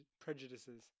prejudices